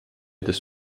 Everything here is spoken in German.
des